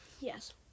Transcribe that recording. Yes